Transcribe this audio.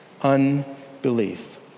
unbelief